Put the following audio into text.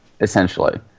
essentially –